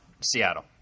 Seattle